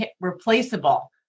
replaceable